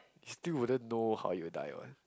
he still wouldn't know how you die one